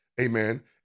Amen